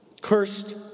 cursed